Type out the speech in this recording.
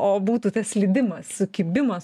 o būtų tas slydimas sukibimas geras